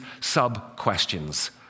sub-questions